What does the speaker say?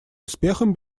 успехом